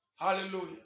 Hallelujah